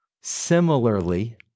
Similarly